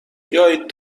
بیایید